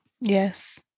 Yes